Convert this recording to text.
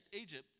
Egypt